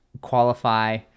qualify